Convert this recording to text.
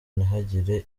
ntihagire